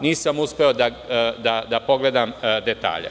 Nisam uspeo da pogledam detalje.